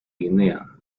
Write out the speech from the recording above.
guinea